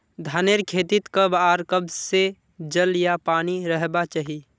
धानेर खेतीत कब आर कब से जल या पानी रहबा चही?